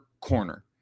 corner